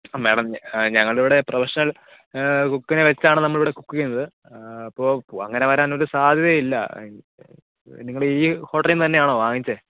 ആ മേഡം ഞങ്ങളുടെ ഇവിടെ പ്രൊഫഷണൽ കുക്കിനെ വെച്ചാണ് നമ്മളിവിടെ കുക്ക് ചെയ്യുന്നത് അപ്പോൾ ആങ്ങനെ വരാനൊരു സാധ്യതേം ഇല്ല നിങ്ങളീ ഹോട്ടലീന്ന് തന്നെ ആണോ വാങ്ങിച്ചത്